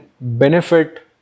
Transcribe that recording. benefit